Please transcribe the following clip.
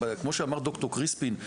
כמו שאמר ד"ר קריספין,